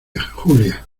julia